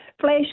Flash